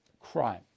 crime